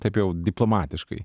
taip jau diplomatiškai